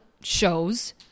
shows